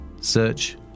Search